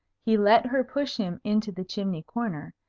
he let her push him into the chimney-corner,